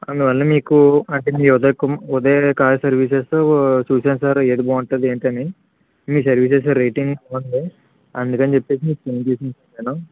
అందువల్ల మీకు అంటే మీ ఉదయ్ ఉదయ్ కార్ సర్వీసెస్ చూశాను సార్ ఏది బాగుంటుంది ఏంటి అని మీ సర్వీసెస్ రేటింగ్ బాగుంది అందుకని చెప్పి మీకు ఫోన్ చేసి చెప్పాను